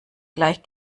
gleich